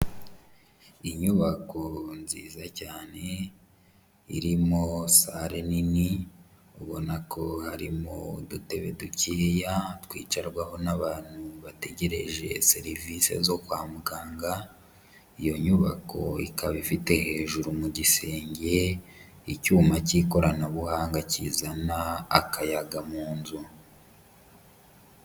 Inyubako nziza cyane irimo sale nini ubona ko harimo udutebe dukeya twicarwaho n'abantu bategereje serivisi zo kwa muganga, iyo nyubako ikaba ifite hejuru mu gisenge icyuma cy'ikoranabuhanga kizana akayaga mu nzu.